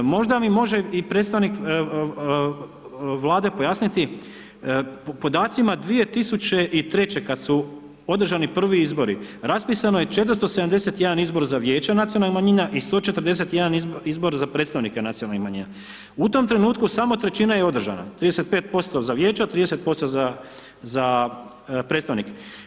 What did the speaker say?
Možda mi može i predstavnik Vlade pojasniti, po podacima 2003. kad su održani prvi izbori raspisan je 471 izbor za Vijeće nacionalnih manjina i 141 izbor za predstavnike nacionalnih manjina, u tom trenutku samo trećina je održana, 35% za vijeća, 30% za, za predstavnike.